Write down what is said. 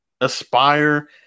aspire